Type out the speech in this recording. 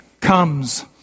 comes